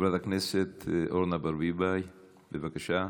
חברת הכנסת אורנה ברביבאי, בבקשה.